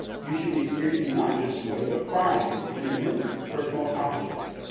you should be experiencing not just joy but pride in an immense personal accomplishment.